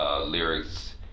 lyrics